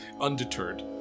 Undeterred